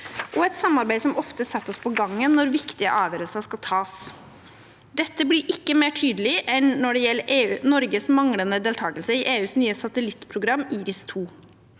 og et samarbeid som ofte setter oss på gangen når viktige avgjørelser skal tas. Dette blir ikke mer tydelig enn når det gjelder Norges manglende deltakelse i EUs nye satellittprogram, IRIS[2].